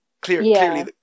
clearly